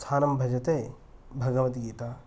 स्थानं भजते भगवद्गीता